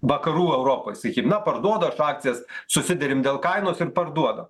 vakarų europoj sakykim na parduodu aš akcijas susiderim dėl kainos ir parduoda